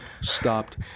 stopped